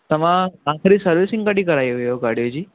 तव्हां आख़िरी सर्विसिंग कॾहिं कराई हुई गाॾीअ जी